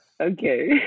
Okay